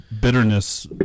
bitterness